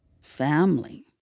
family